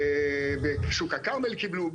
בשוק הכרמל קיבלו.